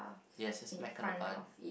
yes that's a black handle bar